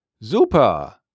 Super